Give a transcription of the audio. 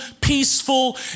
peaceful